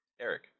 Eric